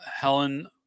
Helen